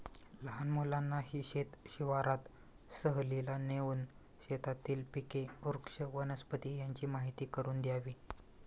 लहान मुलांनाही शेत शिवारात सहलीला नेऊन शेतातील पिके, वृक्ष, वनस्पती यांची माहीती करून द्यावी